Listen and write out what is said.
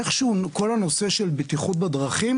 איכשהו כל הנושא של בטיחות בדרכים,